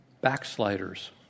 backsliders